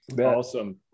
Awesome